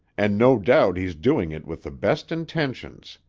and no doubt he's doing it with the best intentions.